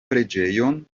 preĝejon